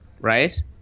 right